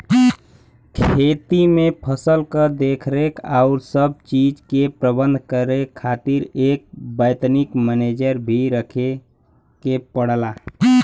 खेती में फसल क देखरेख आउर सब चीज के प्रबंध करे खातिर एक वैतनिक मनेजर भी रखे के पड़ला